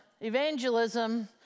Evangelism